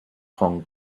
hong